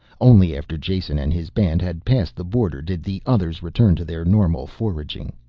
only after jason and his band had passed the border did the others return to their normal foraging.